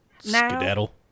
Skedaddle